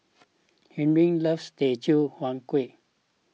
Henri loves Teochew Huat Kueh